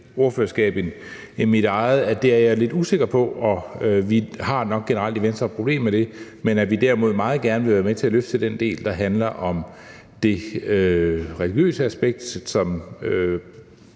ordførerskab end mit eget, er jeg lidt usikker på, og vi har nok generelt i Venstre et problem med det, men vi vil derimod meget gerne være med til at løfte den del, der handler om det religiøse aspekt, som